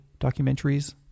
documentaries